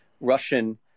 Russian